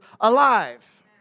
alive